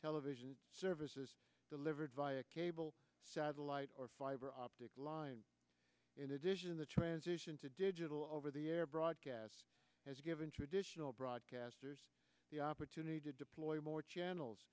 television services delivered via cable satellite or fiber optic lines in addition the transition to digital over the air broadcasts has given traditional broadcasters the opportunity to deploy more channels